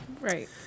Right